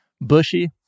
Bushy